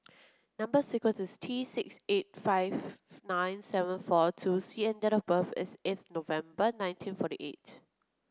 number sequence is T six eight five nine seven four two C and date of birth is eighth November nineteen forty eight